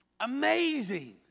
amazing